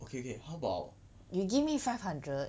okay okay how about